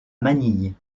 manille